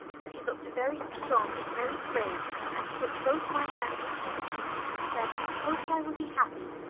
and he looked very strong and very grave as he took both my hands in his and said he hoped i would be happy,